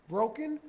Broken